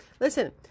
Listen